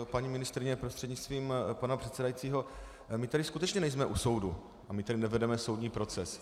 Paní ministryně, prostřednictvím pana předsedajícího, my tady skutečně nejsme u soudu, my tady nevedeme soudní proces.